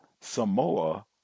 Samoa